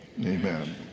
Amen